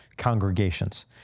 congregations